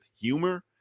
humor